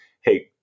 hey